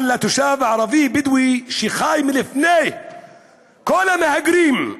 אבל לתושב הערבי בדואי שחי לפני כל המהגרים,